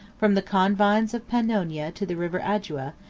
from the confines of pannonia to the river addua,